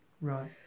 Right